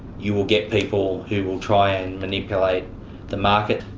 you will get people who will try and manipulate the market.